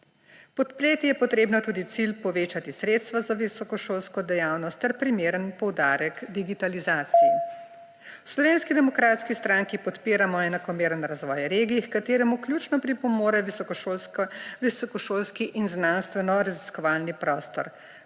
Podpreti je treba tudi cilj povečati sredstva za visokošolsko dejavnost ter dati primeren poudarek digitalizaciji. V Slovenski demokratski stranki podpiramo enakomeren razvoj regij, h kateremu ključno pripomore visokošolski in znanstvenoraziskovalni prostor.